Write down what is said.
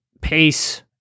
pace